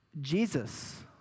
Jesus